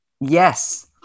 yes